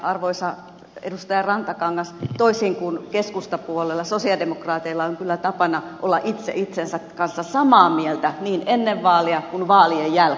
arvoisa edustaja rantakangas toisin kuin keskustapuolueella sosialidemokraateilla on kyllä tapana olla itse itsensä kanssa samaa mieltä niin ennen vaaleja kuin vaalien jälkeenkin